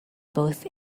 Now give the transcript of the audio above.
both